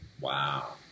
Wow